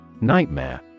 Nightmare